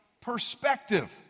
perspective